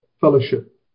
fellowship